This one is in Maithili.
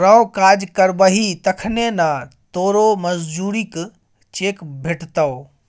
रौ काज करबही तखने न तोरो मजुरीक चेक भेटतौ